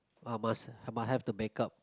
ah must I must have the backup